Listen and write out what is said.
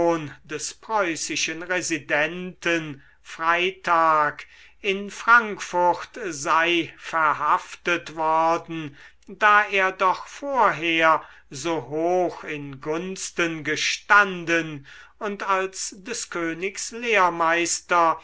des preußischen residenten freitag in frankfurt sei verhaftet worden da er doch vorher so hoch in gunsten gestanden und als des königs lehrmeister